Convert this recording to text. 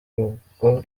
rugo